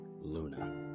Luna